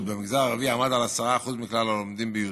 במגזר הערבי עמד על 10% מכלל הלומדים בי"ב.